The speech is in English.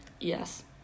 Yes